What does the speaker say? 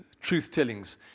truth-tellings